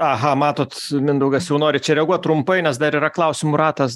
aha matot mindaugas jau nori čia reaguot trumpai nes dar yra klausimų ratas